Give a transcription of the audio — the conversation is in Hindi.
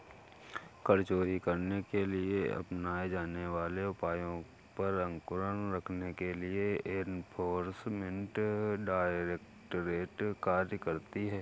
कर चोरी करने के लिए अपनाए जाने वाले उपायों पर अंकुश रखने के लिए एनफोर्समेंट डायरेक्टरेट कार्य करती है